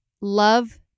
love